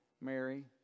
Mary